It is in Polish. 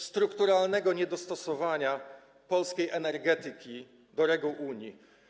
strukturalnego niedostosowania polskiej energetyki do reguł Unii.